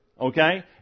Okay